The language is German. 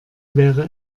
wäre